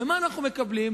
ומה אנחנו מקבלים?